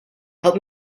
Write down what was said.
help